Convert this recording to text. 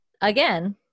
again